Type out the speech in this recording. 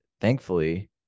thankfully